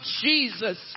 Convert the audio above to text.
Jesus